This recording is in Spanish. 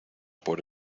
por